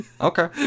Okay